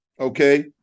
okay